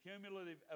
cumulative